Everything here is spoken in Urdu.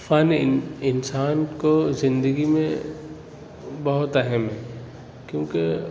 فن اِن انسان کو زندگی میں بہت اہم ہے کیوں کہ